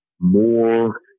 more